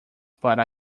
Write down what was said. para